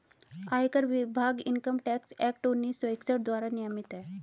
आयकर विभाग income tax act उन्नीस सौ इकसठ द्वारा नियमित है